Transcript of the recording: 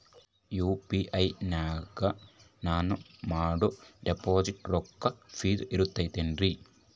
UPI ನಾಗ ನಾನು ಮಾಡೋ ಡಿಪಾಸಿಟ್ ರೊಕ್ಕ ಸೇಫ್ ಇರುತೈತೇನ್ರಿ?